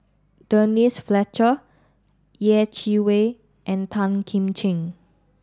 Denise Fletcher Yeh Chi Wei and Tan Kim Ching